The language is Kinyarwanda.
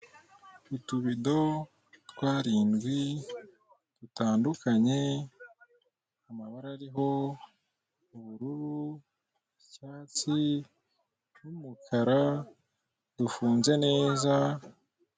Uburyo bukoreshwa mu kwamamaza ikigo cy'ubwishingizi naho kika gisohora ikarita iriho aho wagisanga ugikeneye.